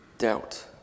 doubt